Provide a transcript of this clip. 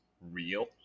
real